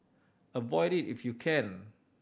avoid it if you can